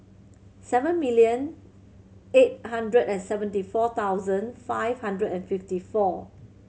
seven million eight hundred and seventy four thousand five hundred and fifty four